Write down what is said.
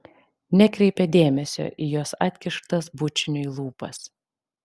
nekreipia dėmesio į jos atkištas bučiniui lūpas